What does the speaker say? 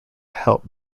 help